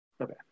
Okay